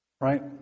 Right